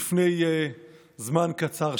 לפני זמן קצר.